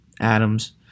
Adams